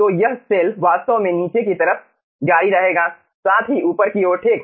तो यह सेल वास्तव में नीचे की तरफ जारी रहेगा साथ ही ऊपर की ओर ठीक